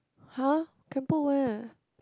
[huh] can put where